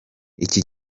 iki